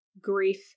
grief